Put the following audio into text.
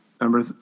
Number